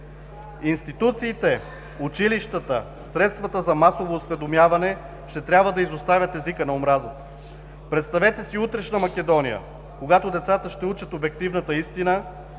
Институциите, училищата, средствата за масово осведомяване ще трябва да оставят езика на омразата. Представете си утрешна Македония, когато децата ще учат обективната истина,